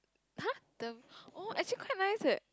!huh! the~ oh actually quite nice eh